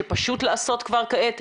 שפשוט לעשות כבר עתה,